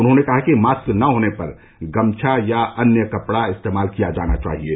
उन्होंने कहा कि मास्क न होने पर गमछा या अन्य कपड़ा इस्तेमाल किया जाना चाहिये